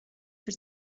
für